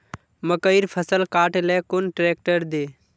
मकईर फसल काट ले कुन ट्रेक्टर दे?